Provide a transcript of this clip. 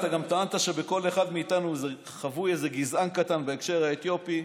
אתה גם טענת שבכל אחד מאיתנו חבוי איזה גזען קטן בהקשר האתיופי.